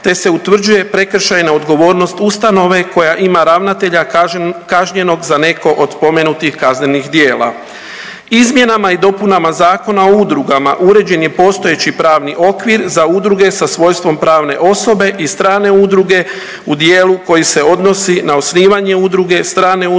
te se utvrđuje prekršajna odgovornost ustanove koja ima ravnatelja kažnjenog za neko od spomenutih kaznenih djela. Izmjenama i dopunama Zakona o udrugama uređen je postojeći pravni okvir za udruge sa svojstvom pravne osobe i strane udruge u dijelu koji se odnosi na osnivanje udruge, strane udruge